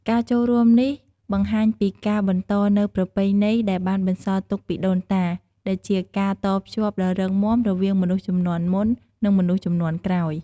ការចូលរួមនេះបង្ហាញពីការបន្តនូវប្រពៃណីដែលបានបន្សល់ទុកពីដូនតា ដែលជាការតភ្ជាប់ដ៏រឹងមាំរវាងមនុស្សជំនាន់មុន និងមនុស្សជំនាន់ក្រោយ។